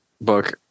book